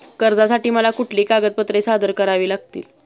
कर्जासाठी मला कुठली कागदपत्रे सादर करावी लागतील?